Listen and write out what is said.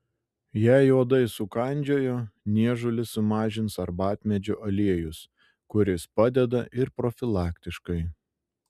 jei uodai sukandžiojo niežulį sumažins arbatmedžio aliejus kuris padeda ir profilaktiškai